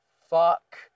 fuck